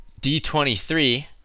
D23